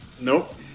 Nope